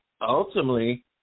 ultimately